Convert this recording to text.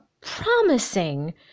promising